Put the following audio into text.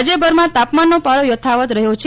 રાજ્યભરમાં તાપમાનનો પારો યથાવત રહ્યો છે